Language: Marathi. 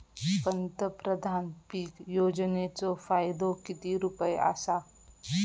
पंतप्रधान पीक योजनेचो फायदो किती रुपये आसा?